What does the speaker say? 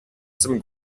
zum